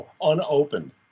Unopened